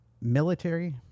military